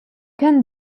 can